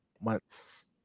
months